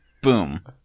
Boom